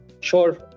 Sure